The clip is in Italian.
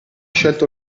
scelto